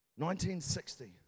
1960